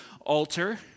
altar